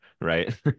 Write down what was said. Right